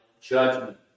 judgment